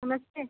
नमस्ते